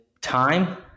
time